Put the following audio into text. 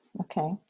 Okay